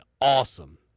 awesome